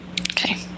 okay